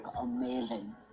amazing